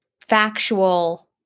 factual